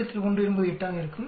9 1 என்பது 8 ஆக இருக்கும்